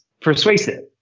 persuasive